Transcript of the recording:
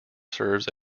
serves